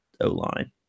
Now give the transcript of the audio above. O-line